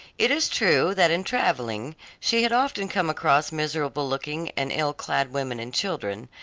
it is true that in traveling she had often come across miserable looking and ill-clad women and children,